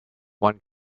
one